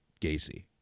Gacy